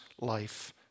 life